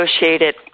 associated